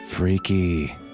Freaky